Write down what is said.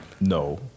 No